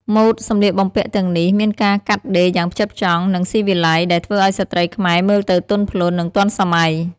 ម៉ូដសម្លៀកបំពាក់ទាំងនេះមានការកាត់ដេរយ៉ាងផ្ចិតផ្ចង់ និងស៊ីវីល័យ ដែលធ្វើឲ្យស្ត្រីខ្មែរមើលទៅទន់ភ្លន់ និងទាន់សម័យ។